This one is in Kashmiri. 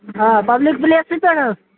آ پَبلِک پٕلیسٕے پٮ۪ٹھ حظ